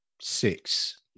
six